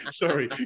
sorry